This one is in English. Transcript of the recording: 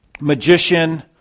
magician